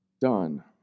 done